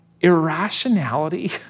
irrationality